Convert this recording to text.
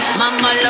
mama